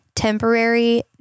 temporary